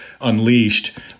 unleashed